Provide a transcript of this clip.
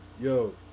Yo